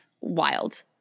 wild